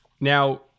now